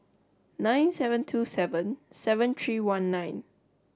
nine seven two seven seven three one nine